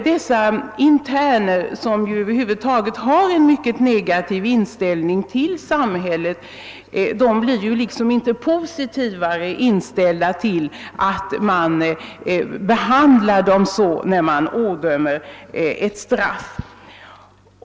Dessa interner, som ju har en allmänt mycket negativ inställning till samhället, blir inte positivare till detta genom en sådan behandling i samband med utdömandet av ett straff.